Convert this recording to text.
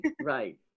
Right